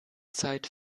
zeit